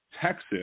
Texas